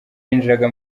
yinjiraga